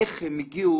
איך הם הגיעו